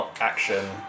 action